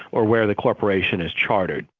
or where the corporation is chartered.